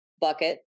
bucket